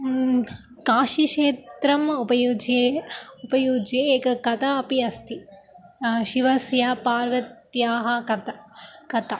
काशीक्षेत्रम् उपयुज्ये उपयुज्य एका कथा अपि अस्ति शिवस्य पार्वत्याः कथा कथा